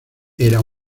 era